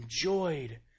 enjoyed